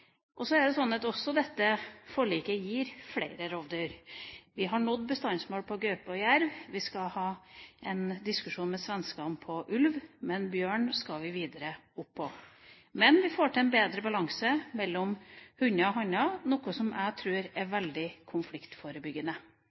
Så er det sånn at også dette forliket gir flere rovdyr. Vi har nådd bestandsmål på gaupe og jerv. Vi skal ha en diskusjon med svenskene om ulv. Bjørn skal vi videre opp på, men vi får til en bedre balanse mellom hunner og hanner, noe som jeg tror er veldig konfliktforebyggende.